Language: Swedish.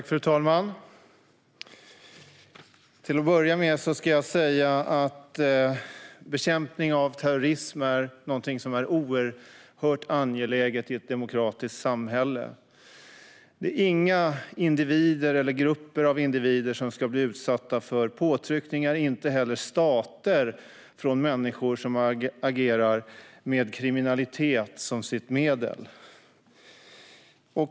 Fru talman! Till att börja med ska jag säga att bekämpning av terrorism är någonting som är oerhört angeläget i ett demokratiskt samhälle. Inga individer eller grupper av individer - och inte heller stater - ska bli utsatta för påtryckningar från människor som agerar med kriminalitet som medel.